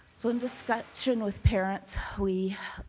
so in discussion with parents, we